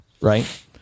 Right